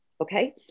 okay